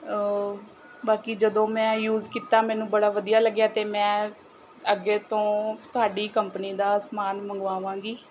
ਬਾਕੀ ਜਦੋਂ ਮੈਂ ਯੂਜ਼ ਕੀਤਾ ਮੈਨੂੰ ਬੜਾ ਵਧੀਆ ਲੱਗਿਆ ਅਤੇ ਮੈਂ ਅੱਗੇ ਤੋਂ ਤੁਹਾਡੀ ਕੰਪਨੀ ਦਾ ਸਮਾਨ ਮੰਗਵਾਵਾਂਗੀ